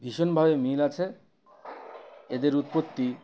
ভীষণভাবে মিল আছে এদের উৎপত্তি